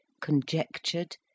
conjectured